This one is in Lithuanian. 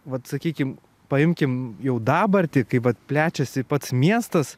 vat sakykim paimkim jau dabartį kai vat plečiasi pats miestas